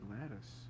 lattice